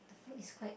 the food is quite